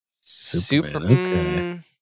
Superman